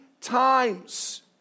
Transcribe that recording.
times